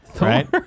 right